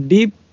Deep